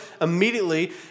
immediately